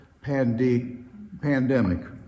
pandemic